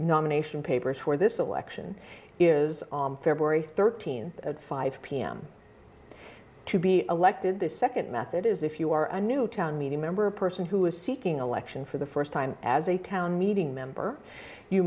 nomination papers for this election is on february thirteenth at five pm to be elected the second method is if you are a new town meeting member a person who is seeking election for the first time as a town meeting member you